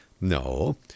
No